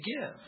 give